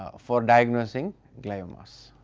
ah for diagnosing gliomas.